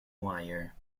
wire